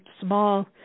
small